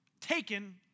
taken